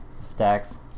stacks